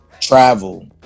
travel